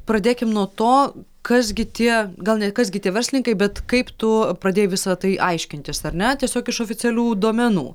pradėkim nuo to kas gi tie gal ne kas gi tie verslininkai bet kaip tu pradėjai visa tai aiškintis ar ne tiesiog iš oficialių duomenų